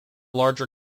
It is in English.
larger